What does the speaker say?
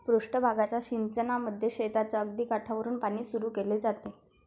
पृष्ठ भागाच्या सिंचनामध्ये शेताच्या अगदी काठावरुन पाणी सुरू केले जाते